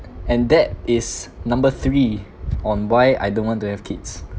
and that is number three on why I don't want to have kids